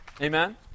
Amen